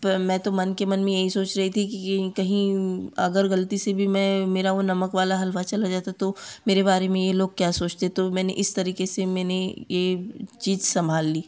पर मैं तो मन ही मन में यही सोच रही थी कि कहीं अगर गलती से भी मैं मेरा वो नमक वाला हलवा चला जाता तो मेरे बारे में ये लोग क्या सोचते तो मैंने इस तरीके से मैंने ये चीज संभाल ली